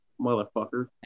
motherfucker